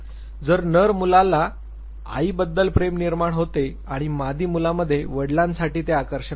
तर नर मुलाला आईबद्दल प्रेम निर्माण होते आणि मादी मुलामध्ये वडिलांसाठी ते आकर्षण वाढते